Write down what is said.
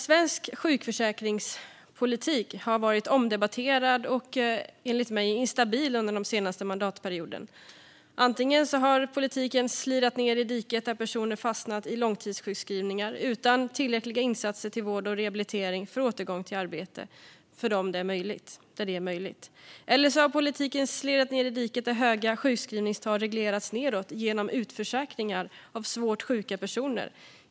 Svensk sjukförsäkringspolitik har varit omdebatterad och, enligt mig, instabil under de senaste mandatperioderna. Antingen har politiken slirat ned i diket där personer har fastnat i långtidssjukskrivningar utan tillräckliga insatser till vård och rehabilitering för återgång till arbete för dem där det är möjligt, eller så har politiken slirat ned i diket där höga sjukskrivningstal reglerats nedåt genom utförsäkringar av svårt sjuka personer.